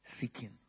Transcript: seeking